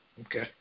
Okay